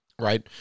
right